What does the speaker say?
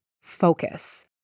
focus